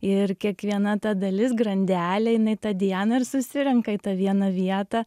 ir kiekviena ta dalis grandelė jinai tą dianą ir susirenka į tą vieną vietą